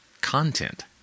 content